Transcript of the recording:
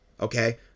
okay